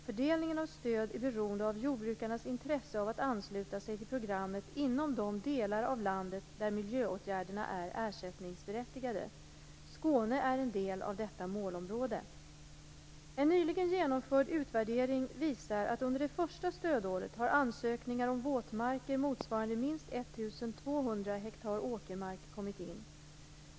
Fördelningen av stöd är beroende av jordbrukarnas intresse av att ansluta sig till programmet inom de delar av landet där miljöåtgärderna är ersättningsberättigade. Skåne är en del av detta målområde. En nyligen genomförd utvärdering visar att under det första stödåret har ansökningar om våtmarker motsvarande minst 1 200 ha åkermark kommit in.